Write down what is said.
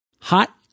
Hot